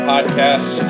Podcast